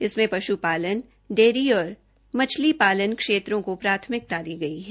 इसमें पश् पालन डेयरी और मत्स्य पालन क्षेत्रों को प्राथमिकता दी गई है